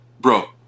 bro